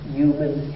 human